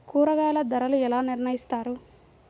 కూరగాయల ధరలు ఎలా నిర్ణయిస్తారు?